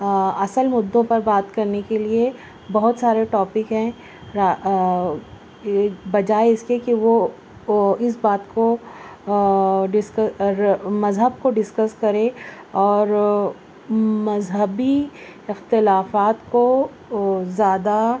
اصل مدعوں پر بات کرنے کے لیے بہت سارے ٹاپک ہیں بجائے اس کے کہ وہ اس بات کو مذہب کو ڈسکس کرے اور مذہبی اختلافات کو زیادہ